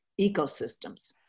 ecosystems